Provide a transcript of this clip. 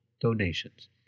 donations